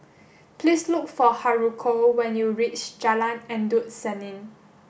please look for Haruko when you reach Jalan Endut Senin